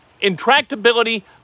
Intractability